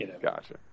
Gotcha